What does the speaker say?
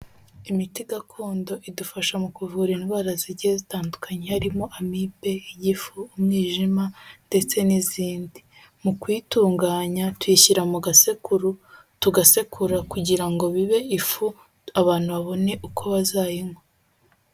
Imiti gakondo idufasha mu kuvura indwara zigiye zitandukanye harimo amibe, igifu, umwijima, ndetse n'izindi. Mu kuyitunganya tuyishyira mu gasekuru tugasekura kugira ngo bibe ifu abantu babone uko bazayinywa.